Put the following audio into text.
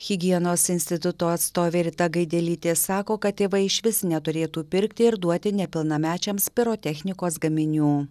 higienos instituto atstovė rita gaidelytė sako kad tėvai išvis neturėtų pirkti ir duoti nepilnamečiams pirotechnikos gaminių